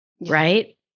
Right